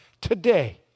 today